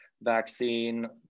vaccine